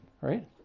right